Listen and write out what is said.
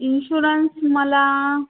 insurance मला